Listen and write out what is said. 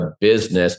business